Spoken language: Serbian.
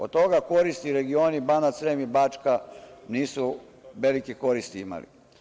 Od toga koriste regioni Banat, Srem i Bačka nisu velike koristi imali.